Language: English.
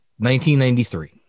1993